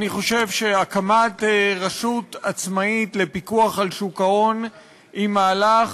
אני חושב שהקמת רשות עצמאית לפיקוח על שוק ההון היא מהלך